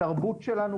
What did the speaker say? התרבות שלנו,